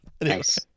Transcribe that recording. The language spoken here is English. Nice